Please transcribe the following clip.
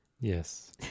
yes